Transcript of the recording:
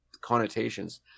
Connotations